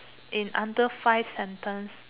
in under five sentence